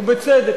ובצדק,